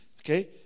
Okay